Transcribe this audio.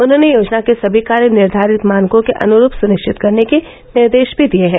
उन्होंने योजना के सभी कार्य निर्धारित मानकों के अनुरूप सुनिर्चित करने के निर्देश भी दिये हैं